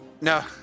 No